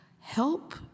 Help